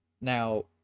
Now